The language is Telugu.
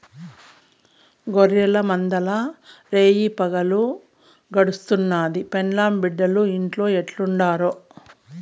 గొర్రెల మందల్ల రేయిపగులు గడుస్తుండాది, పెండ్లాం బిడ్డలు ఇంట్లో ఎట్టుండారో